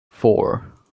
four